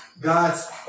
God's